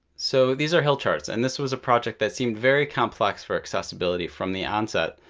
so these are hill charts. and this was a project that seemed very complex for accessibility from the onset,